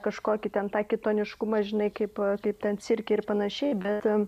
kažkokį ten tą kitoniškumą žinai kaip kaip ten cirke ir pan bet